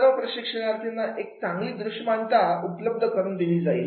सर्व प्रशिक्षणार्थींना एक चांगली दृश्यमानता उपलब्ध करून दिली जाईल